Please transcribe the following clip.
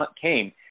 came